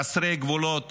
חסרי גבולות